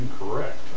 incorrect